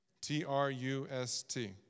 T-R-U-S-T